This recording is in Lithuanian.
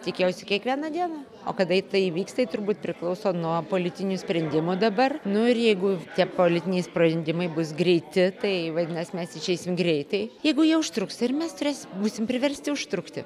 tikėjausi kiekvieną dieną o kada tai įvyks tai turbūt priklauso nuo politinių sprendimų dabar nu ir jeigu tie politiniai sprendimai bus greiti tai vadinasi mes išeisime greitai jeigu jie užtruks ir mes turės būsim priversti užtrukti